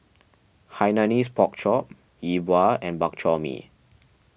Hainanese Pork Chop Yi Bua and Bak Chor Mee